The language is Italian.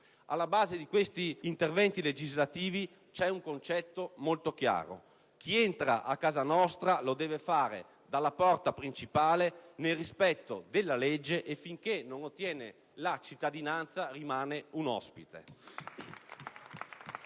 Alla base di questi interventi legislativi c'è un concetto molto chiaro: chi entra a casa nostra lo deve fare dalla porta principale, nel rispetto della legge e, finché non ottiene la cittadinanza, rimane un ospite.